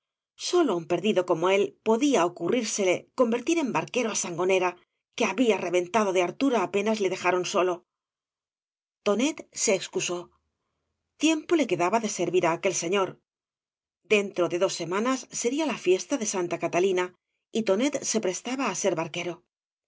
á un perdido como él podía ocurrírsele convertir en barquero á sango ñera que había reventado de hartura apenas lo dejaron solo tonet se excusó tiempo le quedaba de servir á aquel señor dentro de dos semanas sería la fiesta de santa catalina y tonet se prestaba á ser su barquero